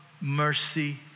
mercy